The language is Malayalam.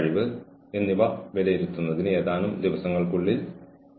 ന്യായമായ നടപടിയെടുക്കുകയും ഇത്തരം സാഹചര്യങ്ങളെ സംബന്ധിച്ച് ന്യായമായ തീരുമാനങ്ങൾ എടുക്കുകയും വേണം